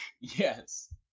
Yes